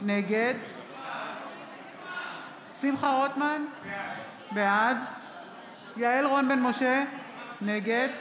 נגד שמחה רוטמן, בעד יעל רון בן משה, נגד